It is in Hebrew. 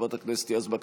חברת הכנסת יזבק,